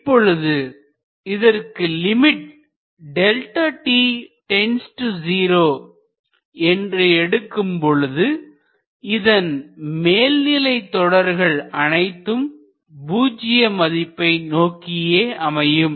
இப்பொழுது இதற்கு limit Δ t 0 என்று எடுக்கும்பொழுதுஇதன் மேல் நிலை தொடர்கள் அனைத்தும் பூஜ்ஜிய மதிப்பை நோக்கியே அமையும்